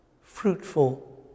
fruitful